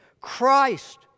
Christ